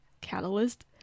catalyst